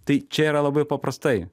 tai čia yra labai paprastai